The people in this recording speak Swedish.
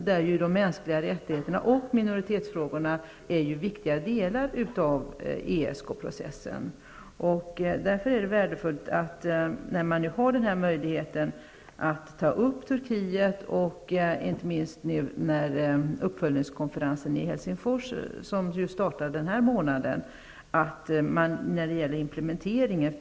De mänskliga rättigheterna och minoritetsfrågorna är ju viktiga delar av ESK processen, och det är värdefullt att det finns möjlighet att ta upp Turkiets behandling av kurderna vid den uppföljningskonferens som startar i Helsingfors den här månaden och när det gäller implementeringen.